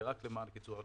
זה רק למען קיצור הליכים.